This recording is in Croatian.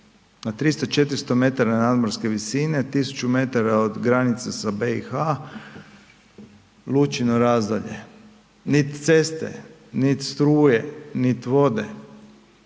na 300, 400 nadmorske visine, 1000 metara od granice sa BiH, Lučino Radzolje. Nit ceste, nit struje, nit vode,